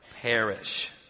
perish